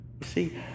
See